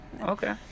Okay